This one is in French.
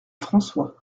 françois